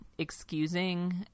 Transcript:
excusing